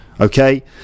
Okay